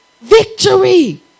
victory